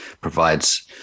provides